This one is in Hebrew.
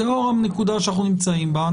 זאת לא נקודה שאנחנו נמצאים בה.